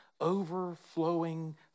overflowing